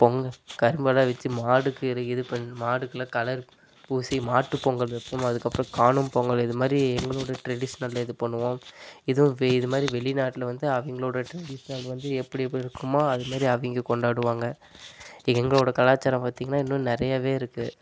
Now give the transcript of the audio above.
பொங்கல் கரும்பெல்லாம் வச்சு மாடுக்கு இது இது பண் மாடுக்கெலாம் கலர் பூசி மாட்டுப் பொங்கல் வைப்போம் அதுக்கப்புறம் காணும் பொங்கல் இது மாதிரி எங்களோட ட்ரெடிஷ்னல் இது பண்ணுவோம் இதுவும் வெ இது மாதிரி வெளிநாட்டில வந்து அவங்களோட ட்ரெடிஷ்னல் வந்து எப்படி எப்படி இருக்குமோ அது மாதிரி அவங்க கொண்டாடுவாங்க எங்களோட கலாச்சாரம் பார்த்திங்கன்னா இன்னும் நிறையவே இருக்குது